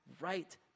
right